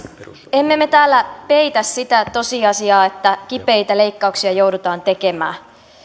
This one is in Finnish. emme me täällä peitä sitä tosiasiaa että kipeitä leikkauksia joudutaan tekemään